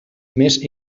més